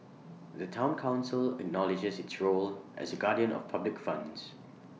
the Town Council acknowledges its role as A guardian of public funds